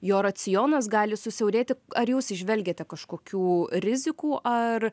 jo racionas gali susiaurėti ar jūs įžvelgiate kažkokių rizikų ar